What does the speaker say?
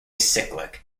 cyclic